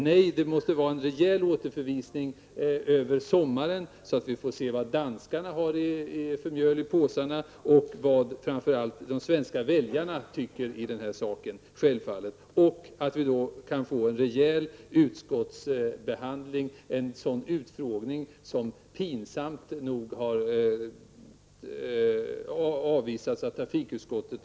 Nej, det måste vara en rejäl återförvisning över sommaren, så att vi får se vad danskarna har för mjöl i påsarna, men framför allt att vi får se vad de svenska väljarna tycker i detta sammanhang. Då kan vi också få en rejäl utskottsbehandling och en utfrågning, vilket pinsamt nog har avvisats av trafikutskottet.